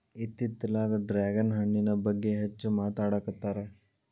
ಇತ್ತಿತ್ತಲಾಗ ಡ್ರ್ಯಾಗನ್ ಹಣ್ಣಿನ ಬಗ್ಗೆ ಹೆಚ್ಚು ಮಾತಾಡಾಕತ್ತಾರ